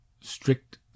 strict